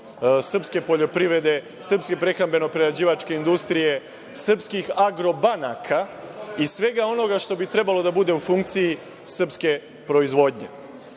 srpske poljoprivrede, srpske prehrambene prerađivačke industrije, srpskih agro banaka i svega onoga što bi trebalo da bude u funkciji srpske proizvodnje. Ono